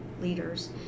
leaders